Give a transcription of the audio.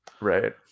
Right